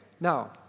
Now